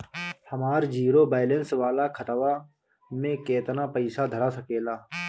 हमार zero balance वाला खतवा म केतना पईसा धरा सकेला?